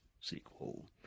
sequel